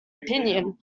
opinion